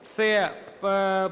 це